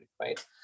right